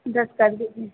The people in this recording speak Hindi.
दस कर दीजिए